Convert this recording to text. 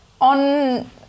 On